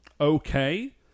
Okay